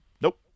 nope